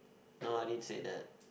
no I didn't said that